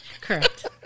Correct